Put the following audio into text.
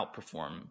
outperform